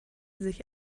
sich